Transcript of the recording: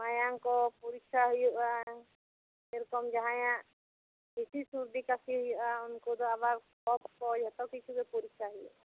ᱢᱟᱭᱟᱝ ᱠᱚ ᱯᱚᱨᱤᱠᱷᱟ ᱦᱩᱭᱩᱜᱼᱟ ᱥᱮᱨᱚᱠᱚᱢ ᱡᱟᱦᱟᱸᱭᱟᱜ ᱵᱤᱥᱤ ᱥᱩᱫᱤ ᱠᱟᱥᱤ ᱦᱩᱭᱩᱜᱼᱟ ᱩᱱᱠᱩ ᱫᱚ ᱟᱵᱟᱨ ᱠᱚᱯᱷ ᱠᱚ ᱡᱚᱛᱚ ᱠᱤᱪᱷᱩᱜᱮ ᱯᱚᱨᱤᱠᱷᱟ ᱦᱩᱭᱩᱜᱼᱟ